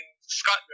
Scott